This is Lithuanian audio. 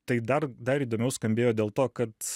tai dar dar įdomiau skambėjo dėl to kad